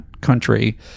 country